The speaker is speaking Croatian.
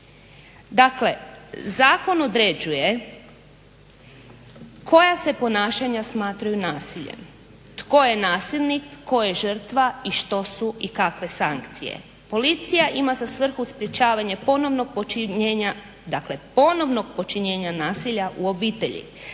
Dakle, zakon određuje koja se ponašanja smatraju nasiljem, tko je nasilnik, tko je žrtva i što su i kakve sankcije. Policija ima za svrhu sprečavanje ponovnog počinjenja, dakle ponovnog